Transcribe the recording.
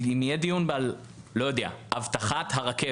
מה שאני אומר זה שאם יהיה דיון על אבטחת הרכבת